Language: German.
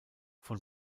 von